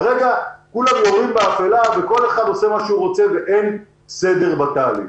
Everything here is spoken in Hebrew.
כרגע כולם יורים באפלה וכל אחד עושה מה שהוא רוצה ואין סדר בתהליך.